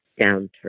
downturn